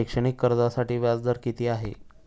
शैक्षणिक कर्जासाठी व्याज दर किती आहे?